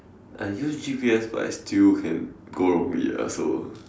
I use G_P_S but I still can go wrongly ah so